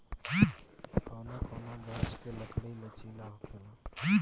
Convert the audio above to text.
कौनो कौनो गाच्छ के लकड़ी लचीला होखेला